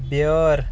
بیٲر